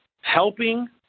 helping